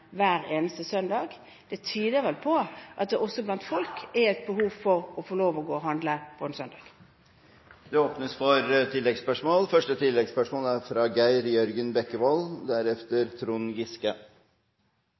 at det er et behov hos folk der ute å få lov til å gå og handle på en søndag. Det åpnes for oppfølgingsspørsmål – først Geir Jørgen Bekkevold.